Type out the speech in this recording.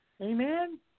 Amen